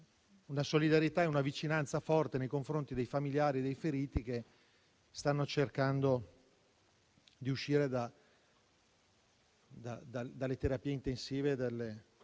la solidarietà ed una forte vicinanza nei confronti dei familiari e dei feriti che stanno cercando di uscire dalle terapie intensive e dalle